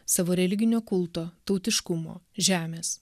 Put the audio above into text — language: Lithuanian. savo religinio kulto tautiškumo žemės